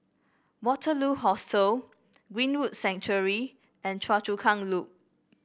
Waterloo Hostel Greenwood Sanctuary and Choa Chu Kang Loop